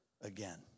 again